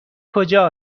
کجا